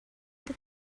that